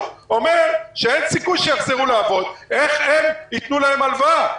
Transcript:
אומר שאין סיכוי שיחזרו לעבוד איך הם ייתנו להם הלוואה?